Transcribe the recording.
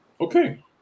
Okay